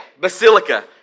Basilica